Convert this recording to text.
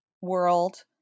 world